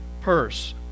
purse